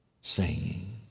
singing